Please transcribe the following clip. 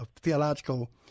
theological